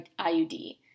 IUD